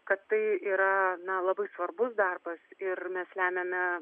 kad tai yra na labai svarbus darbas ir mes lemiame